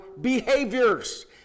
behaviors